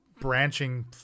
branching